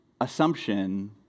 assumption